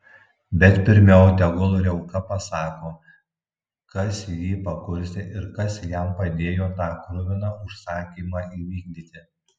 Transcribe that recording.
bet pirmiau tegul riauka pasako kas jį pakurstė ir kas jam padėjo tą kruviną užsakymą įvykdyti